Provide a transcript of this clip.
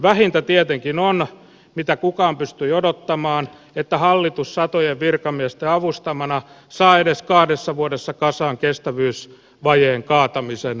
vähintä tietenkin on mitä kukaan pystyi odottamaan että hallitus satojen virkamiesten avustamana saa edes kahdessa vuodessa kasaan kestävyysvajeen kaatamisen asiakirjan